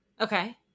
okay